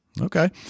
Okay